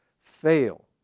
fail